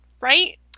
right